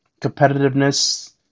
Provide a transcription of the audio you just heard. competitiveness